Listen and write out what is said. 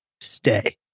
stay